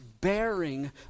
bearing